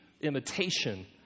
imitation